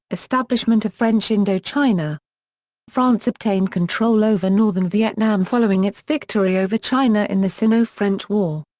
establishment of french indochina france obtained control over northern vietnam following its victory over china in the sino-french war.